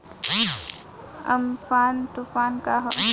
Amphan तुफान का ह?